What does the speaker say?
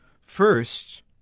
First